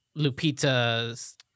Lupita's